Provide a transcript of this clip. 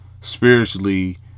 spiritually